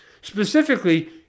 Specifically